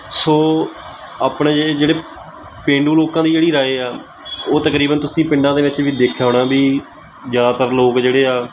ਸੋ ਆਪਣੇ ਜਿਹੜੇ ਪੇਂਡੂ ਲੋਕਾਂ ਦੀ ਜਿਹੜੀ ਰਾਏ ਆ ਉਹ ਤਕਰੀਬਨ ਤੁਸੀ ਪਿੰਡਾਂ ਦੇ ਵਿੱਚ ਵੀ ਦੇਖਿਆ ਹੋਣਾ ਬੀ ਜ਼ਿਆਦਾਤਰ ਲੋਕ ਜਿਹੜੇ ਆ